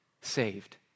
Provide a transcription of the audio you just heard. saved